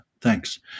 Thanks